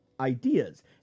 ideas